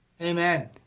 Amen